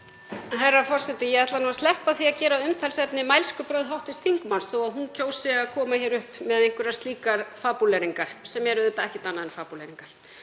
Herra forseti. Ég ætla að sleppa því að gera að umtalsefni mælskubrögð hv. þingmanns þó að hún kjósi að koma hér upp með einhverjar slíkar fabúleringar sem eru auðvitað ekkert annað en fabúleringar.